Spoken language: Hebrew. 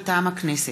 מטעם הכנסת: